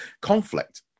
conflict